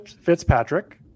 fitzpatrick